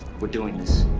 we're doing this.